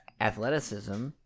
athleticism